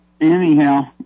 anyhow